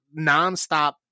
nonstop